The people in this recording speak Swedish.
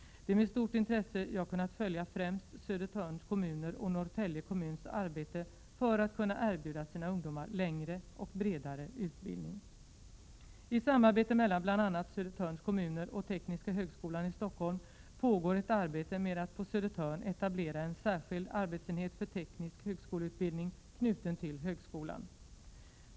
Det är med stort intresse jag kunnat följa främst Södertörns kommuner och Norrtälje kommuns arbete för att kunna erbjuda sina ungdomar längre och bredare utbildning. I samarbete mellan bl.a. Södertörns kommuner och Tekniska högskolan i Stockholm pågår ett arbete med att på Södertörn etablera en särskild arbetsenhet för teknisk högskoleutbildning, knuten till högskolan.